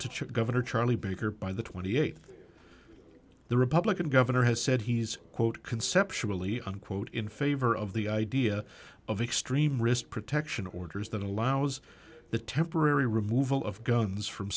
check governor charlie baker by the twenty eighth the republican governor has said he's quote conceptually unquote in favor of the idea of extreme wrist protection orders that allows the temporary removal of guns from